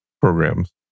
programs